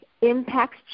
impacts